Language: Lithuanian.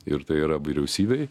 ir tai yra vyriausybei